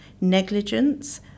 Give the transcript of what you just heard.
negligence